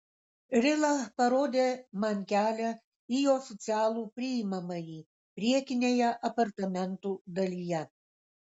rila parodė man kelią į oficialų priimamąjį priekinėje apartamentų dalyje